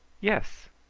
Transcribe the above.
yes,